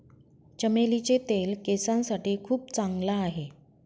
चमेलीचे तेल केसांसाठी खूप चांगला आहे